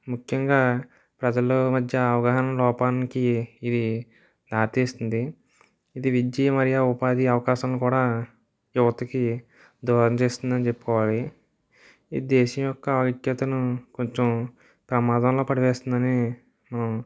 ముఖ్యంగా ప్రజల మధ్య అవగాహనా లోపానికి ఇది దారితీస్తుంది ఇది విద్య మరియు ఉపాధి అవకాశాలను కూడా యువతకు దూరం చేస్తుందని చెప్పుకోవాలి ఇది దేశం యొక్క ఐక్యతను కొంచం ప్రమాదంలో పడవేస్తుందని